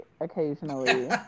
occasionally